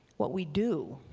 what we do